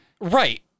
Right